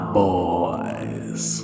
boys